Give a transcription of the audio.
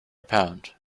pound